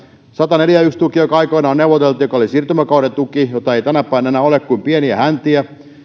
sataneljäkymmentäyksi tuki joka aikoinaan neuvoteltiin oli siirtymäkauden tuki josta ei tänä päivänä ole kuin pieniä häntiä